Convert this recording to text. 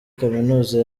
kaminuza